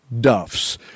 duffs